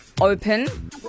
open